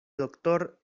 doctor